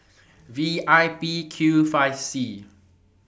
V I P Q five C